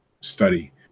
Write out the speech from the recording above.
study